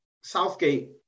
Southgate